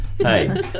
Hey